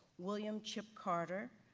william chip carter,